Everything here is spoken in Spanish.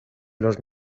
los